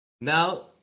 Now